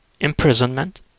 Imprisonment